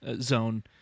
zone